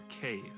cave